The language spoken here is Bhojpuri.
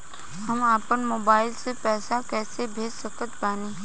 हम अपना मोबाइल से पैसा कैसे भेज सकत बानी?